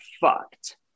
fucked